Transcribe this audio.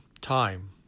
time